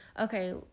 okay